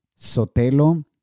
Sotelo